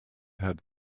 had